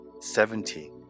Seventy